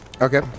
okay